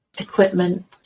equipment